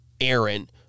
Aaron